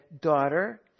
daughter